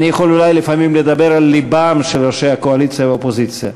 אני יכול אולי לפעמים לדבר אל לבם של ראשי הקואליציה והאופוזיציה,